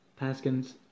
paskins